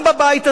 בבית הזה,